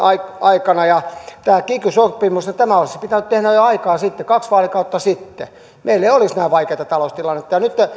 aikana tämä kiky sopimus olisi pitänyt tehdä jo aikaa sitten kaksi vaalikautta sitten meillä ei olisi näin vaikeata taloustilannetta nytten